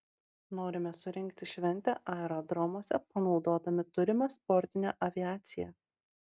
norime surengti šventę aerodromuose panaudodami turimą sportinę aviaciją